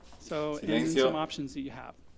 so, and then some options that you have.